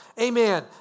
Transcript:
Amen